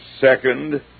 second